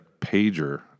pager